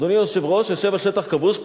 אדוני היושב-ראש יושב על שטח כבוש.